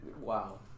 wow